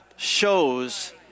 shows